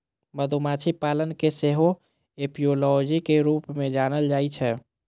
मधुमाछी पालन कें सेहो एपियोलॉजी के रूप मे जानल जाइ छै